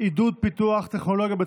הבנקאות (רישוי) (תיקון מס' 28)